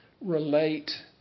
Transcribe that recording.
relate